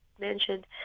mentioned